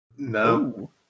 No